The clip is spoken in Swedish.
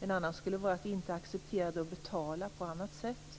En annan skulle vara att inte acceptera det och betala på annat sätt.